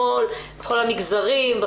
בכל המגזרים,